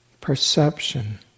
perception